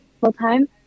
full-time